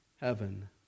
heaven